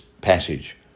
passage